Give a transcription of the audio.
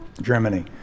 Germany